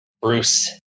Bruce